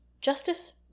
Justice